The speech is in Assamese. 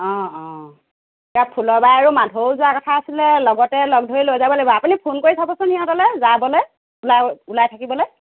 অঁ অঁ ইয়াৰ ফুলৰ বাই আৰু মাধৌও যোৱা কথা আছিল লগতে লগ ধৰি লৈ যাব লাগিব আপুনি ফোন কৰি চাবচোন সিহঁতলৈ যাবলৈ ওলা ওলাই থাকিবলৈ